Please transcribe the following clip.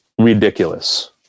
ridiculous